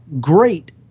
great